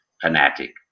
Fanatic